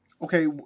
Okay